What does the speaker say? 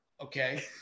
okay